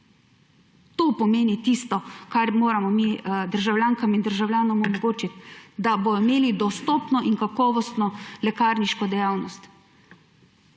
To pomeni tisto, kar moramo mi državljankam in državljanom omogočiti. Da bodo imeli dostopno in kakovostno lekarniško dejavnost.